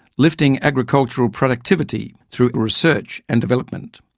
lifting agricultural productivity through research and development.